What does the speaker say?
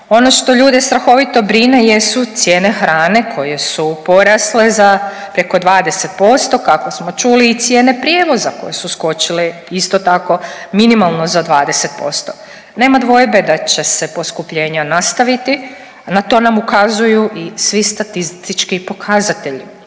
Ono što ljude strahovito brine jesu cijene hrane koje su porasle za preko 20%, kako smo čuli i cijene prijevoza koje su skočile isto tako minimalno za 20%. Nema dvojbe da će se poskupljenja nastaviti, na to nam ukazuju i svi statistički pokazatelji.